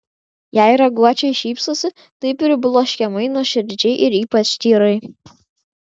jei raguočiai šypsosi tai pribloškiamai nuoširdžiai ir ypač tyrai